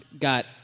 got